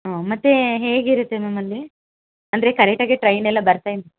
ಹಾಂ ಮತ್ತು ಹೇಗಿರುತ್ತೆ ಮ್ಯಾಮ್ ಅಲ್ಲಿ ಅಂದರೆ ಕರೆಕ್ಟ್ ಆಗೇ ಟ್ರೈನ್ ಎಲ್ಲ ಬರ್ತಾ